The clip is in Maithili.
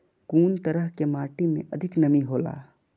कुन तरह के माटी में अधिक नमी हौला?